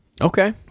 Okay